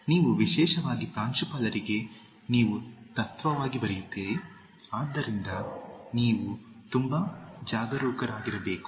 ನೀವು ವಿಶೇಷವಾಗಿ ಪ್ರಾಂಶುಪಾಲರಿಗೆ ನೀವು ತತ್ವವಾಗಿ ಬರೆಯುತ್ತೀರಿ ಆದ್ದರಿಂದ ನೀವು ತುಂಬಾ ಜಾಗರೂಕರಾಗಿರಬೇಕು